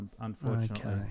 unfortunately